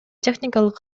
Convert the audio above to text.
техникалык